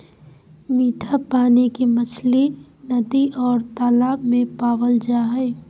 मिट्ठा पानी के मछली नदि और तालाब में पावल जा हइ